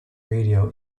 radio